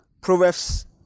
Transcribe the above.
Proverbs